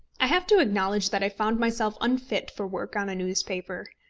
i have to acknowledge that i found myself unfit for work on a newspaper.